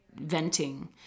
venting